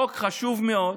זה חוק חשוב מאוד.